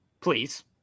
Please